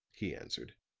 he answered,